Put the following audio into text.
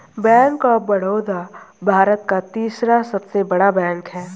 bank of Baroda Bharat का तीसरा सबसे बड़ा बैंक हैं